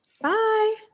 Bye